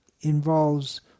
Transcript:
involves